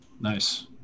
Nice